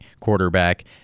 quarterback